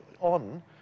on